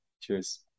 Cheers